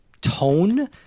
tone